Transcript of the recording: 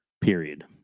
period